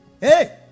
Hey